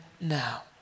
now